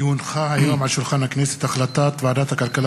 כי הונחה היום על שולחן הכנסת החלטת ועדת הכלכלה